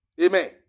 Amen